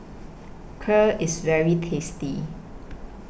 Kheer IS very tasty